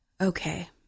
Okay